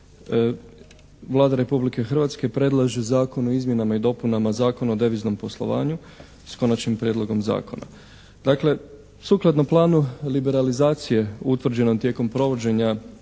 Vlada Republike Hrvatske predlaže Zakon o izmjenama i dopunama Zakona o deviznom poslovanju s Konačnim prijedlogom zakona. Dakle, sukladno planu liberalizacije utvrđenog tijekom provođenja